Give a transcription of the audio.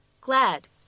glad